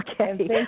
okay